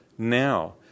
now